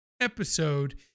episode